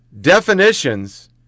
definitions